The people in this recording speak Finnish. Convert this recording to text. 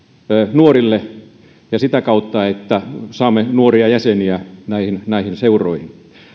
nuorille ja sitä kautta saamme nuoria jäseniä näihin näihin seuroihin